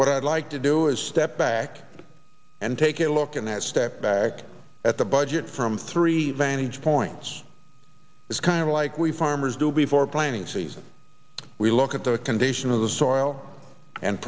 what i'd like to do is step back and take a look and as step back at the budget from three vantage points it's kind of like we farmers do before planting season we look at the condition of the soil and